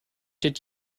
did